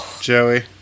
Joey